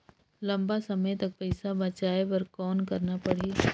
लंबा समय तक पइसा बचाये बर कौन करना पड़ही?